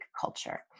culture